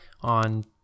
on